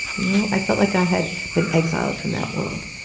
you know i felt like i had been exiled from that world.